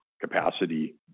capacity